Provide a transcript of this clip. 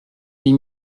huit